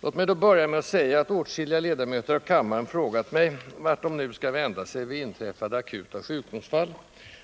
Låt mig då börja med att säga, att åtskilliga ledamöter av kammaren frågat mig, vart de nu skall vända sig vid inträffade akuta sjukdomsfall,